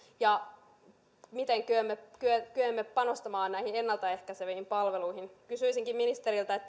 ja sitä miten kykenemme panostamaan näihin ennalta ehkäiseviin palveluihin kysyisinkin ministeriltä